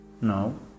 No